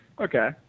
Okay